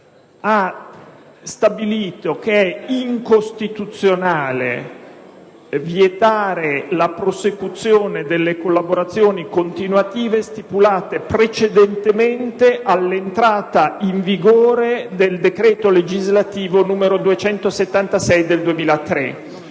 ha stabilito che è incostituzionale vietare la prosecuzione delle collaborazioni continuative stipulate precedentemente all'entrata in vigore del decreto‑legislativo n. 276 del 2003.